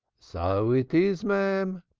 so it is, marm,